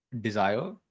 desire